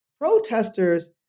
protesters